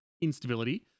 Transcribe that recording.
instability